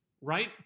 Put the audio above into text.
right